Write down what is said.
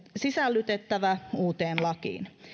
sisällytettävä uuteen lakiin